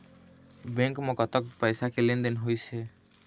Bank म कतक पैसा के लेन देन होइस हे?